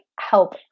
help